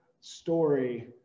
story